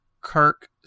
Kirk